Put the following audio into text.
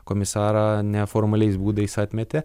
komisarą neformaliais būdais atmetė